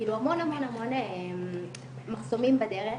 כאילו המון המון המון מחסומים בדרך.